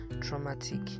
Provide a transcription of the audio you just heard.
traumatic